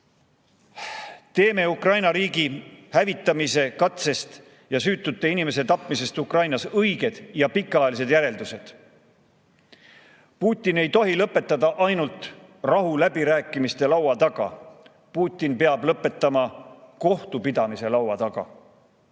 Ukraina riigi hävitamise katsest ja süütute inimeste tapmisest Ukrainas õiged ja pikaajalised järeldused. Putin ei tohi lõpetada ainult rahuläbirääkimiste laua taga. Putin peab lõpetama kohtupidamise laua taga.